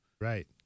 Right